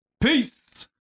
Peace